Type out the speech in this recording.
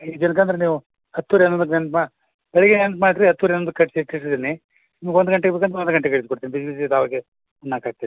ಜರ್ಗಂದ್ರ್ ನೀವು ಹತ್ತೂವರೆ ಹನ್ನೊಂದಕ್ಕೆ ನೆನ್ಪು ಮಾ ಬೆಳಿಗ್ಗೆ ನೆನ್ಪು ಮಾಡಿರಿ ಹತ್ತೂವರೆ ಹನ್ನೊಂದಕ್ಕೆ ಕಟ್ಸಿ ಇಟ್ಟಿರ್ತೀನಿ ನಿಮ್ಗೆ ಒಂದು ಗಂಟೆ ಬೇಕಂದ್ರೆ ಒಂದು ಗಂಟೆಗೆ ಇದು ಕೊಡ್ತೀನಿ ಬಿಸಿ ಬಿಸೀದವಾಗೆ ನಾ ಕಳಿಸಿ ಕೊಡ್ತೀನಿ